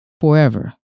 forever